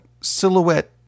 silhouette